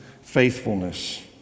faithfulness